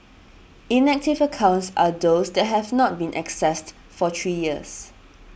inactive accounts are those that have not been accessed for three years